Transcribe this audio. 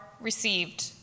received